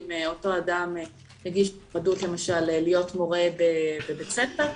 אם למשל אדם מגיש מועמדות למורה בבית ספר,